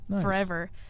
forever